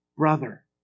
Brother